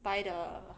buy the